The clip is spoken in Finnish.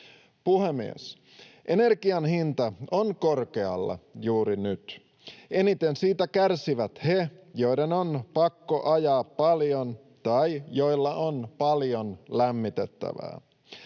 Puhemies! Energian hinta on korkealla juuri nyt. Eniten siitä kärsivät he, joiden on pakko ajaa paljon tai joilla on paljon lämmitettävää.